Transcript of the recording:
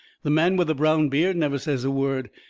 the man with the brown beard never says a word.